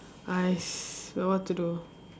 !hais! so what to do